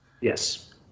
Yes